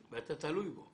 ואתה תלוי בו .